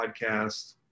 podcast